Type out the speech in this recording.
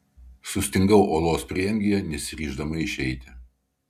sustingau olos prieangyje nesiryždama išeiti